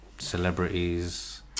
celebrities